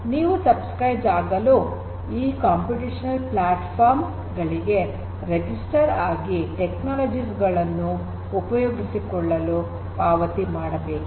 ನೀವು ಚಂದಾದಾರರಾಗಲು ಈ ಕಂಪ್ಯೂಟೇಷನಲ್ ಪ್ಲಾಟ್ಫಾರ್ಮ್ ಗಳಿಗೆ ರಿಜಿಸ್ಟರ್ ಆಗಿ ತಂತ್ರಜ್ಞಾನಗಳನ್ನು ಉಪಯೋಗಿಸಿಕೊಳ್ಳಲು ಪಾವತಿ ಮಾಡಬೇಕು